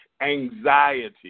anxiety